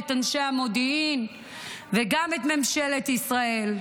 את אנשי המודיעין וגם את ממשלת ישראל.